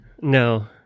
no